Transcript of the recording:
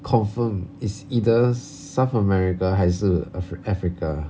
confirm is either south america 还是 af~ africa